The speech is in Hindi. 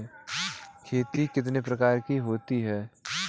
खेती कितने प्रकार की होती है?